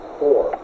four